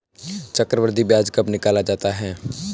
चक्रवर्धी ब्याज कब निकाला जाता है?